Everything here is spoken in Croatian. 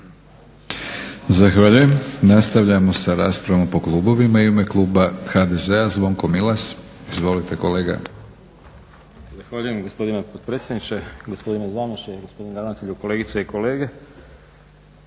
Zahvaljujem. Nastavljamo sa raspravom po klubovima. U ime kluba HDZ-a Zvonko Milas. Izvolite kolega. **Milas, Zvonko (HDZ)** zahvaljujem gospodine potpredsjedniče, gospodine zamjeniče, gospodine ravnatelju, kolegice i kolege.